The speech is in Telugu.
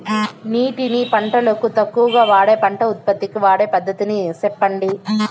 నీటిని పంటలకు తక్కువగా వాడే పంట ఉత్పత్తికి వాడే పద్ధతిని సెప్పండి?